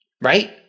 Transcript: Right